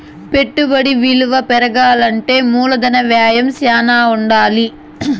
పెట్టుబడి విలువ పెరగాలంటే మూలధన వ్యయం శ్యానా ఉండాలి